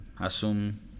assume